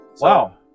Wow